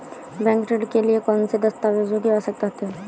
Bank ऋण के लिए कौन से दस्तावेजों की आवश्यकता है?